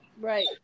Right